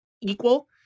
equal